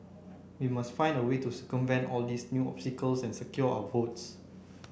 we must find a way to circumvent all these new obstacles and secure our votes